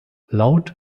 laut